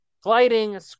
gliding